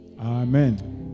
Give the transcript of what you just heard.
Amen